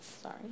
Sorry